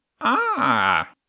Ah